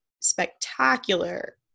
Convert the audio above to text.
spectacular